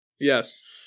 Yes